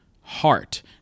heart